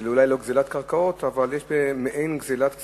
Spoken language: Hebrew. אולי זאת לא גזלת קרקעות, אבל יש מעין גזלת כספים.